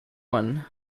one